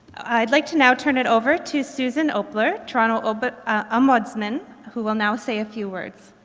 i'd like to now turn it over to susan opler, toronto but ombudsman, who will now say a few words.